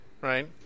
Right